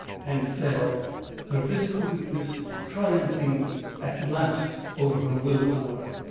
and fell her physical weakness triumphing at last over her will power.